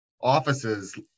offices